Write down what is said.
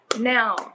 now